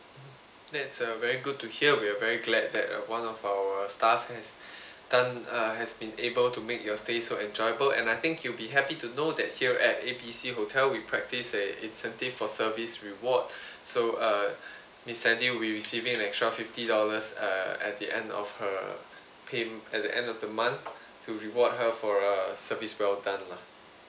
that's a very good to hear we are very glad that uh one of our staff has done uh has been able to make your stay so enjoyable and I think you be happy to know that here at A B C hotel we practice a incentive for service reward so uh miss sandy will be receiving extra fifty dollars uh at the end of her pay at the end of the month to reward her for uh service well done lah